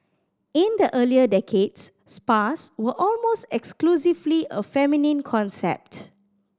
in the earlier decades spas were almost exclusively a feminine concept